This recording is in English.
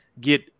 get